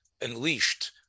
unleashed